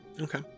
Okay